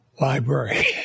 library